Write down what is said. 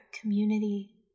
community